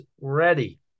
ready